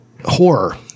Horror